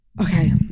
okay